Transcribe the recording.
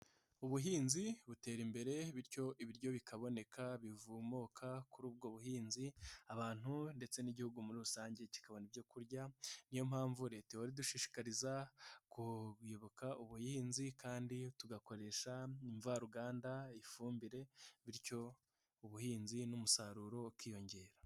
Ubuhinzi butera imbere bityo ibiryo bikaboneka bikomoka kuri ubwo buhinzi abantu ndetse n'Igihugu muri rusange kikabona ibyo kurya. Niyo mpamvu Leta ihora idushishikariza kuyoboka ubuhinzi kandi tugakoresha imvaruganda, ifumbire bityo ubuhinzi n'umusaruro ukiyongera.